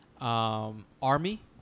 army